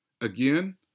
Again